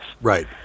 right